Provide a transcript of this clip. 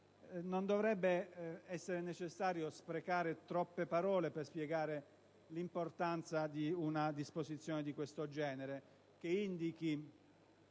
Non dovrebbe essere necessario sprecare troppe parole per spiegare l'importanza di una disposizione di questo genere, che indichi